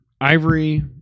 Ivory